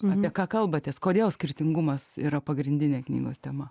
apie ką kalbatės kodėl skirtingumas yra pagrindinė knygos tema